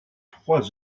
trois